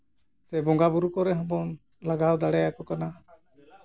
ᱥᱮ ᱵᱚᱸᱜᱟᱼᱵᱩᱨᱩ ᱠᱚᱨᱮᱫ ᱦᱚᱸᱵᱚᱱ ᱞᱟᱜᱟᱣ ᱫᱟᱲᱮᱭᱟᱠᱚ ᱠᱟᱱᱟ